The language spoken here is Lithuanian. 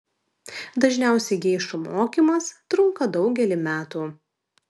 dažniausiai geišų mokymas trunka daugelį metų